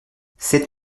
cette